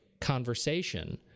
conversation